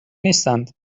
نیستند